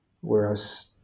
whereas